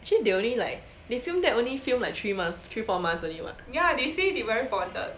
actually they only like they film that only film like three months three four months only [what]